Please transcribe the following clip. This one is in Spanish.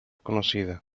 conocida